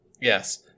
Yes